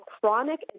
chronic